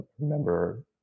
remember